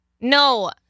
No